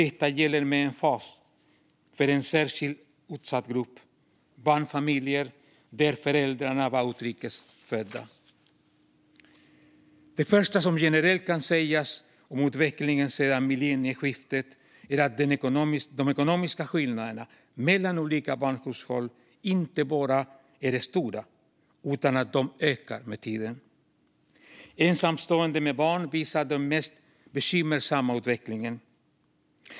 Detta gäller med emfas för en särskilt utsatt grupp, nämligen barnfamiljer där föräldrarna var utrikes födda. Det första som generellt kan sägas om utvecklingen sedan millennieskiftet är att de ekonomiska skillnaderna mellan olika barnhushåll inte bara är stora utan att de ökar med tiden. Ensamstående med barn visar den mest bekymmersamma utvecklingen.